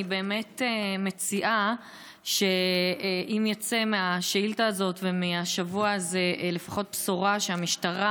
אני באמת מציעה שאם מהשאילתה הזאת ומהשבוע הזה לפחות תצא בשורה שהמשטרה,